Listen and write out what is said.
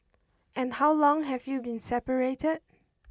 and how long have you been separated